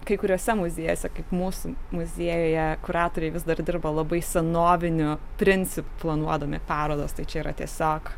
kai kuriuose muziejuose kaip mūsų muziejuje kuratoriai vis dar dirba labai senoviniu principu planuodami parodas tai čia yra tiesiog